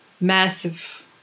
massive